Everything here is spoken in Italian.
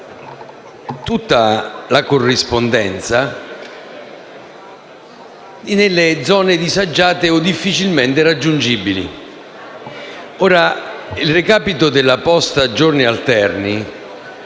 tutta la corrispondenza nelle zone disagiate o difficilmente raggiungibili. Il recapito della posta a giorni alterni